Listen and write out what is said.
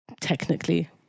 Technically